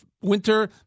Winter